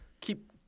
keep